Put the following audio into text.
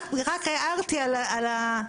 רק הערתי על השוויוניות.